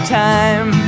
time